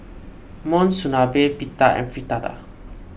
Monsunabe Pita and Fritada